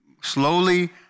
slowly